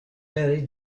very